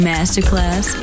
Masterclass